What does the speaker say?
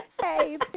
Hey